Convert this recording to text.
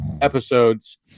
episodes